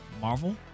Marvel